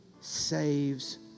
saves